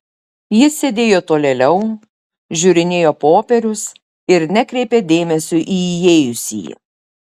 jis sėdėjo tolėliau žiūrinėjo popierius ir nekreipė dėmesio į įėjusįjį